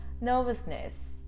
nervousness